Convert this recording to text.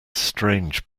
strange